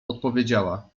odpowiedziała